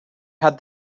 had